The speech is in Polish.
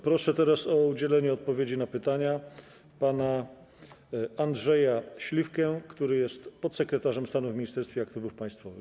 Proszę teraz o udzielenie odpowiedzi na pytania pana Andrzeja Śliwkę, który jest podsekretarzem stanu w Ministerstwie Aktywów Państwowych.